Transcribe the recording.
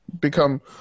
Become